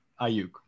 Ayuk